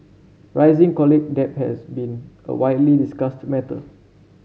rising college debt has been a widely discussed matter